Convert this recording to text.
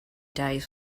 days